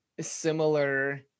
similar